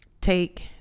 take